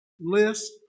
list